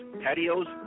patios